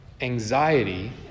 Anxiety